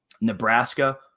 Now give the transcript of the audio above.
Nebraska